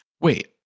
wait